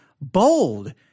bold